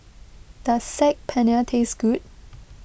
does Saag Paneer taste good